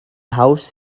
haws